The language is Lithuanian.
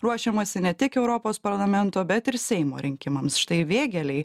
ruošiamasi ne tik europos parlamento bet ir seimo rinkimams štai vėgėlei